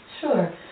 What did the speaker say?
Sure